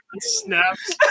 snaps